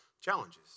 challenges